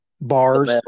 bars